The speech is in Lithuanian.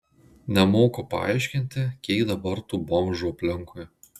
nemoku paaiškinti kiek dabar tų bomžų aplinkui